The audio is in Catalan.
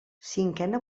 cinquena